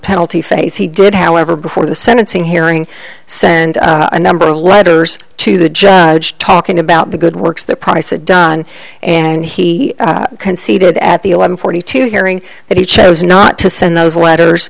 penalty phase he did however before the sentencing hearing send a number of letters to the judge talking about the good works the price it done and he conceded at the eleven forty two hearing that he chose not to send those letters